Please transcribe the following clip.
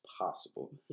possible